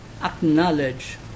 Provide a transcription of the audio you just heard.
acknowledge